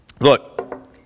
Look